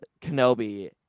Kenobi